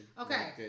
Okay